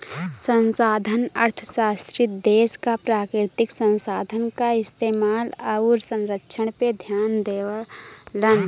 संसाधन अर्थशास्त्री देश क प्राकृतिक संसाधन क इस्तेमाल आउर संरक्षण पे ध्यान देवलन